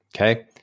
Okay